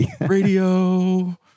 radio